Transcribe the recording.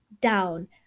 down